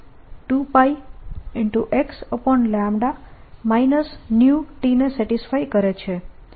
422sin 2π ને satisfy કરે છે